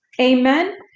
Amen